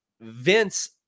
Vince